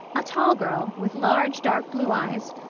a tall girl, with large dark-blue eyes,